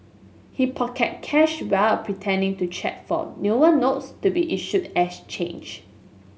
he pocketed cash while pretending to check for newer notes to be issued as change